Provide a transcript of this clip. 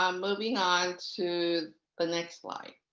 um moving on to the next slide.